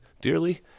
dearly